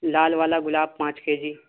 لال والا گلاب پانچ کے جی